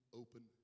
open